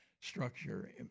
structure